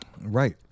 Right